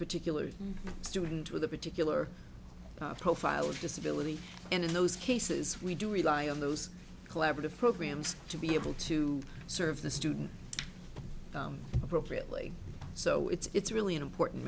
particular student with a particular profile or disability and in those cases we do rely on those collaborative programs to be able to serve the student appropriately so it's really an important